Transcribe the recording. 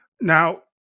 Now